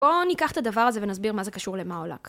בואו ניקח את הדבר הזה ונסביר מה זה קשור למאו לאק